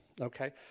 okay